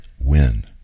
win